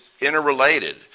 interrelated